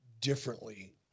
differently